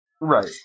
Right